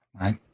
right